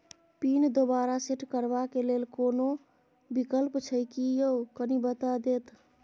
Pin दोबारा set करबा के लेल कोनो विकल्प छै की यो कनी बता देत?